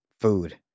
food